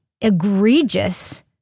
egregious